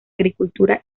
agricultura